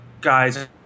guys